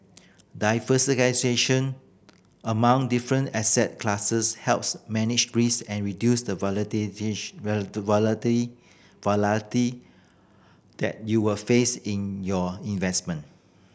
diversification among different asset classes helps manage risk and reduce the volatility that you will face in your investment